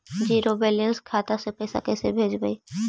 Zero balance खाता से पैसा कैसे भेजबइ?